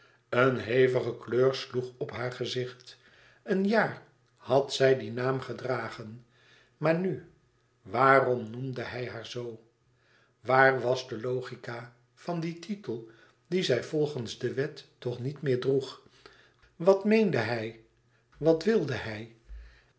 een hevige kleur sloeg op naar haar gezicht een jaar had zij dien naam gedragen maar nu waarom noemde hij haar zoo aar was de logica van dien titel dien zij volgens de wet toch niet meer droeg wat meende hij wat wilde hij